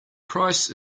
price